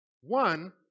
One